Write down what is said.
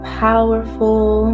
powerful